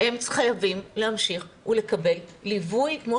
הם חייבים להמשיך לקבל ליווי כמו